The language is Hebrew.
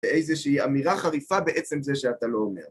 באיזושהי אמירה חריפה בעצם זה שאתה לא אומר.